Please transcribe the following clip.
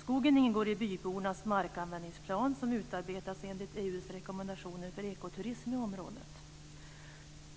Skogen ingår i bybornas markanvändningsplan som utarbetats enligt EU:s rekommendationer för ekoturism i området.